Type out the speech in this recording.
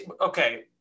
okay